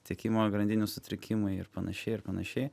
tiekimo grandinių sutrikimai ir panašiai ir panašiai